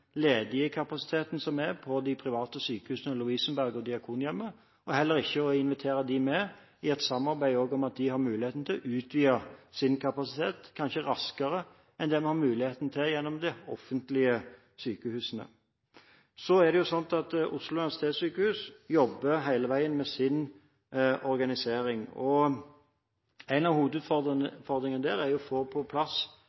som er på de private sykehusene Lovisenberg og Diakonhjemmet, og heller ikke det å invitere dem med på et samarbeid og se om de kanskje har mulighet til å utvide sin kapasitet raskere enn det vi har mulighet til gjennom de offentlige sykehusene. Oslo universitetssykehus jobber hele veien med sin organisering. En av